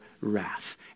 wrath